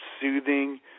soothing